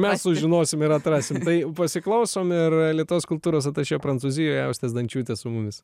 mes sužinosim ir atrasim tai pasiklausom ir alytaus kultūros atašė prancūzijoje austė zdančiūtė su mumis